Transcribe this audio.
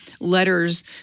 letters